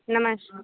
नमश्